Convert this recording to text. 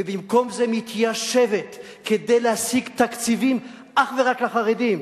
ובמקום זה היא מתיישבת כדי להשיג תקציבים אך ורק לחרדים.